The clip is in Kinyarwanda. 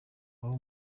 abo